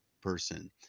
person